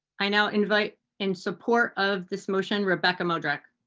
i now invite in support of this motion rebecca modrak.